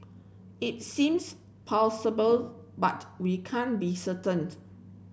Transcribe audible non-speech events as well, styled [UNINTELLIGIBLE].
it seems [UNINTELLIGIBLE] but we can't be [UNINTELLIGIBLE]